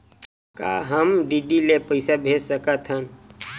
का हम डी.डी ले पईसा भेज सकत हन?